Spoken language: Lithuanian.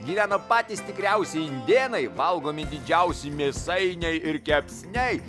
gyveno patys tikriausi indėnai valgomi didžiausi mėsainiai ir kepsniai